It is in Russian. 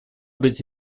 быть